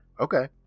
Okay